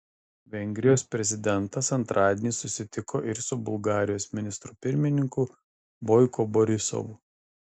vengrijos prezidentas antradienį susitiko ir su bulgarijos ministru pirmininku boiko borisovu